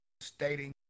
stating